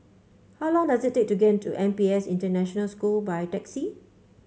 how long does it take to get to N P S International School by taxi